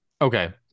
Okay